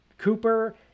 Cooper